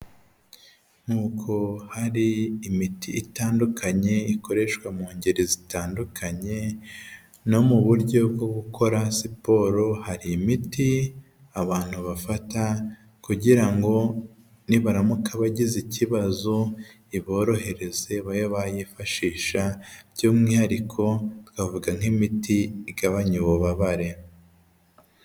Nk'uko hari imiti itandukanye ikoreshwa mu ngeri zitandukanye, no mu buryo bwo gukora siporo hari imiti abantu bafata kugira ngo nibaramuka bagize ikibazo iborohereze, babe bayifashisha by'umwihariko twavuga nk'imiti igabanya ububabare.